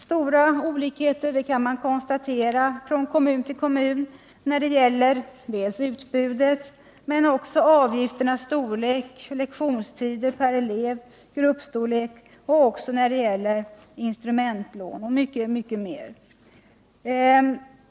Stora olikheter kan konstateras från kommun till kommun när det gäller utbudet, avgifternas storlek, lektionstid per elev, gruppstorlek, instrumentlån m.m.